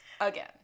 again